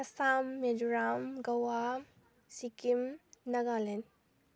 Assam Mizoram Goa Sikkim Nagaland